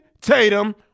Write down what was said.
Tatum